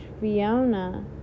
Fiona